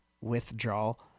withdrawal